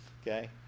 Okay